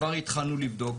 כבר התחלנו לבדוק,